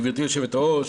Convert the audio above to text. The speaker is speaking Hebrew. גברתי יושבת-הראש,